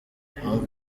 impamvu